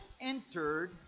entered